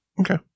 okay